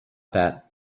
that